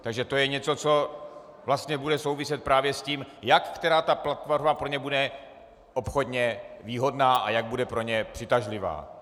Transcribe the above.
Takže to je něco, co vlastně bude souviset právě s tím, jak která platforma pro ně bude obchodně výhodná a jak bude pro ně přitažlivá.